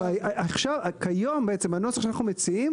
וכיום הנוסח שאנחנו מציעים,